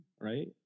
right